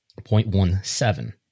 0.17